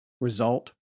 Result